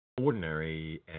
ordinary